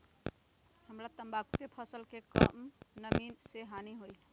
हमरा तंबाकू के फसल के का कम नमी से हानि होई?